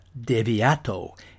Deviato